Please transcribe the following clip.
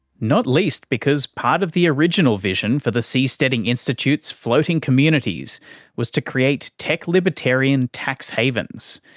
not least because part of the original vision for the seasteading institute's floating communities was to create tech libertarian tax havens,